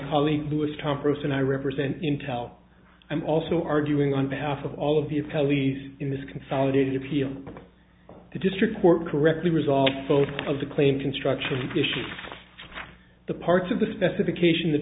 colleague who is tom person i represent intel i'm also arguing on behalf of all of you kelly in this consolidated appeal to district court correctly resolve full of the claim construction issue the parts of the specification th